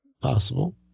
Possible